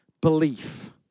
belief